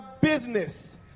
business